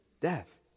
death